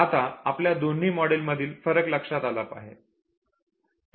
आता आपल्या दोन्ही मॉडेल मधील फरक लक्षात आला आहे